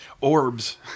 Orbs